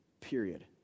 Period